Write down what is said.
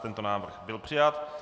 Tento návrh byl přijat.